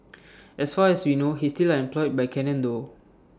as far as we know he's still employed by Canon though